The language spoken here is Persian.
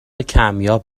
کمیاب